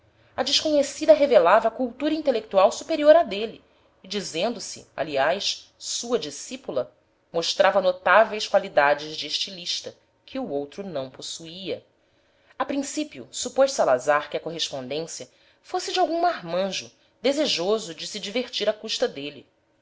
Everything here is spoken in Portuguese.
a desconhecida revelava cultura intelectual superior à dele e dizendo-se aliás sua discípula mostrava notáveis qualidades de estilista que o outro não possuía a princípio supôs salazar que a correspondência fosse de algum marmanjo desejoso de se divertir à custa dele